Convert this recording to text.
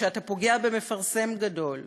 כשאתה פוגע במפרסם גדול,